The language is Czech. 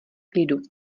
klidu